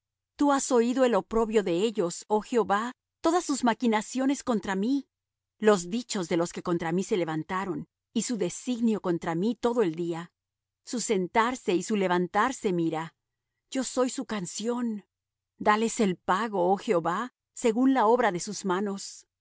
tú has oído el oprobio de ellos oh jehová todas sus maquinaciones contra mí los dichos de los que contra mí se levantaron y su designio contra mí todo el día su sentarse y su levantarse mira yo soy su canción dales el pago oh jehová según la obra de sus manos